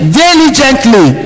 diligently